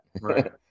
Right